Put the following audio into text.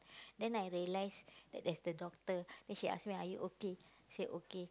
then I realize that that's the doctor then she ask me are you okay say okay